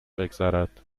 بگذرد